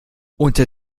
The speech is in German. unter